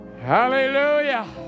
Hallelujah